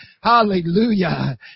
Hallelujah